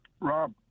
Rob